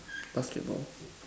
basketball